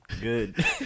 Good